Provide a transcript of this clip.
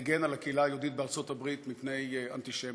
מגן על הקהילה היהודית בארצות-הברית מפני אנטישמיות,